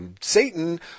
Satan